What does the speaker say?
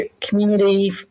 community